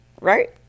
right